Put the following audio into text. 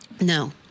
no